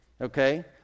okay